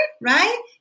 right